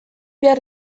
behar